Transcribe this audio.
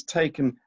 taken